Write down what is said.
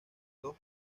dos